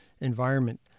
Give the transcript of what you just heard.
environment